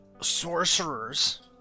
Sorcerers